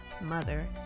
mother